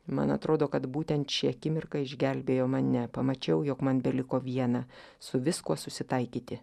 man atrodo kad būtent ši akimirka išgelbėjo mane pamačiau jog man beliko viena su viskuo susitaikyti